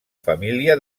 família